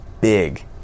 big